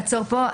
אני אעצור פה.